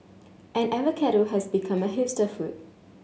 and avocado has become a hipster food